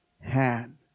hand